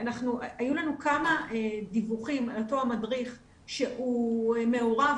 היו לנו כמה דיווחים על אותו המדריך שהוא מעורב